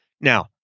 Now